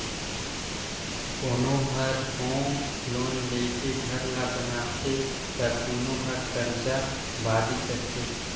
कोनो हर home loan लेके घर ल बनाथे त कोनो हर करजा बादी करके